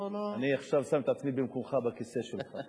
לא, לא, אני עכשיו שם את עצמי במקומך, בכיסא שלך.